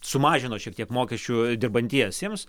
sumažino šiek tiek mokesčių dirbantiesiems